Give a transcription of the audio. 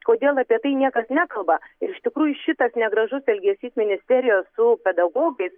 kodėl apie tai niekas nekalba ir iš tikrųjų šitas negražus elgesys ministerijos su pedagogais